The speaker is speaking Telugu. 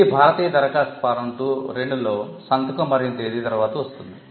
ఇది భారతీయ దరఖాస్తు ఫారం 2 లో సంతకం మరియు తేదీ తర్వాత వస్తుంది